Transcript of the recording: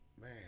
man